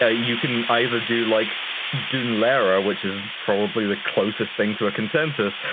ah you can either do like doon lehra which is probably the closest thing to a consensus,